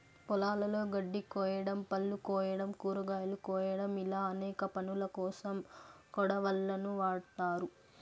పొలాలలో గడ్డి కోయడం, పళ్ళు కోయడం, కూరగాయలు కోయడం ఇలా అనేక పనులకోసం కొడవళ్ళను వాడ్తారు